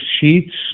sheets